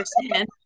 understand